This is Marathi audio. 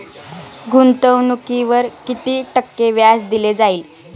गुंतवणुकीवर किती टक्के व्याज दिले जाईल?